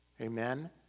Amen